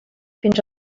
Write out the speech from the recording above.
fins